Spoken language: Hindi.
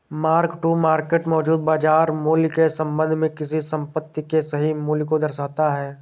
मार्क टू मार्केट मौजूदा बाजार मूल्य के संबंध में किसी संपत्ति के सही मूल्य को दर्शाता है